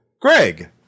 Greg